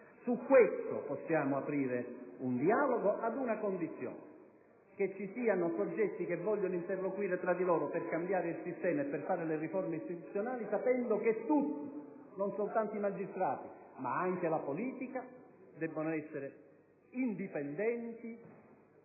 dei fatti. Possiamo aprire un dialogo a una condizione: che ci siano soggetti che vogliano interloquire fra di loro per cambiare il sistema e fare le riforme istituzionali, sapendo che tutti, non soltanto i magistrati ma anche la politica, debbono essere indipendenti